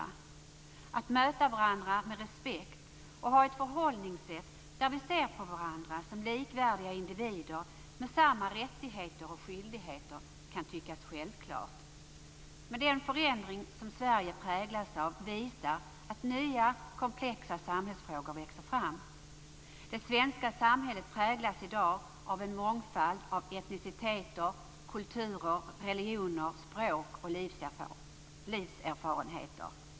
Det kan tyckas självklart att vi skall möta varandra med respekt och ha ett förhållningssätt där vi ser varandra som likvärdiga individer med samma rättigheter och skyldigheter. Men den förändring som Sverige präglas av visar att nya, komplexa samhällsfrågor växer fram. Det svenska samhället präglas i dag av en mångfald av etniciteter, kulturer, religioner, språk och livserfarenheter.